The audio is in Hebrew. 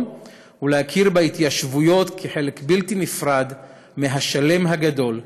ולהכיר בהתיישבות כחלק בלתי נפרד מהשלם הגדול,